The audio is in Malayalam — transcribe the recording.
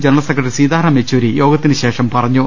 general secretary Sitaram Yechury യോഗത്തിനുശേഷം പറഞ്ഞു